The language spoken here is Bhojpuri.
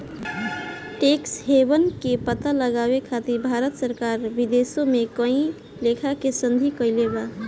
टैक्स हेवन के पता लगावे खातिर भारत सरकार विदेशों में कई लेखा के संधि कईले बा